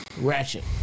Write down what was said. Ratchet